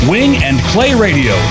Wingandclayradio